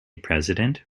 president